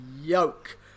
yoke